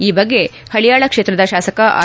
ಈ ಬಗ್ಗೆ ಹಳಿಯಾಳ ಕ್ಷೇತ್ರದ ಶಾಸಕ ಆರ್